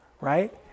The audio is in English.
right